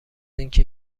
اینکه